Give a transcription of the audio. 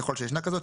ככול שישנה כזאת,